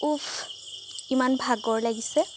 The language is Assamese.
উফ ইমান ভাগৰ লাগিছে